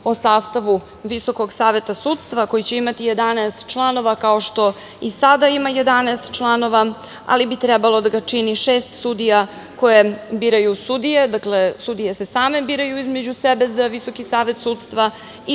o sastavu Visokog saveta sudstva, koji će imati 11 članova, kao što i sada ima 11 članova, ali bi trebalo da ga čini šest sudija, koje biraju sudije. Dakle, sudije se same biraju između sebe za Visoki savet sudstva i